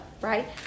right